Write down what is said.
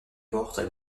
portent